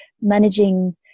managing